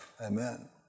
Amen